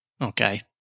Okay